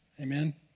amen